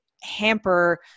hamper